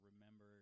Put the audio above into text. remember